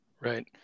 right